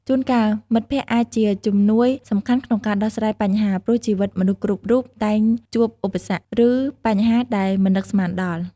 ជូនកាលមិត្តភក្តិអាចជា ជំនួយសំខាន់មួយក្នុងការដោះស្រាយបញ្ហា ព្រោះជីវិតមនុស្សគ្រប់រូបតែងជួបឧបសគ្គ ឬបញ្ហាដែលមិននឹកស្មានដល់។